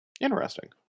Interesting